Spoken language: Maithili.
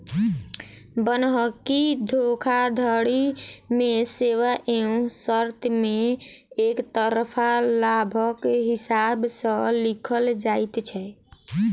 बन्हकी धोखाधड़ी मे सेवा एवं शर्त मे एकतरफा लाभक हिसाब सॅ लिखल जाइत छै